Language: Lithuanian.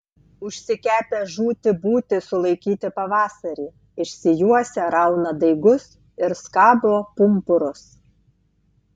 užsikepę žūti būti sulaikyti pavasarį išsijuosę rauna daigus ir skabo pumpurus